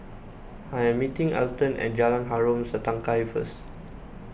I am meeting Elton at Jalan Harom Setangkai first